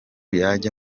yajya